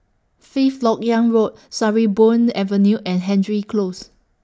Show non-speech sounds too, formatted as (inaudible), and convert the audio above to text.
Fifth Lok Yang Road (noise) Sarimbun Avenue and Hendry Close